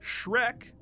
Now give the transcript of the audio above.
Shrek